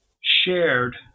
shared